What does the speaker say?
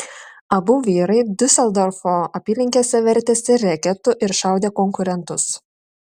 abu vyrai diuseldorfo apylinkėse vertėsi reketu ir šaudė konkurentus